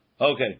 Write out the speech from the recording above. Okay